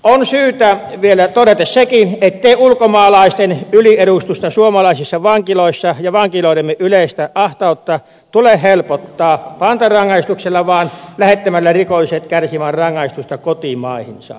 on syytä vielä todeta sekin ettei ulkomaalaisten yliedustusta suomalaisissa vankiloissa ja vankiloidemme yleistä ahtautta tule helpottaa pantarangaistuksella vaan lähettämällä rikolliset kärsimään rangaistusta kotimaihinsa